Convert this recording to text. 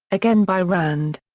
again by rand.